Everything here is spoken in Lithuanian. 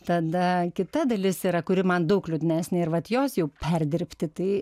tada kita dalis yra kuri man daug liūdnesnė ir vat jos jau perdirbti tai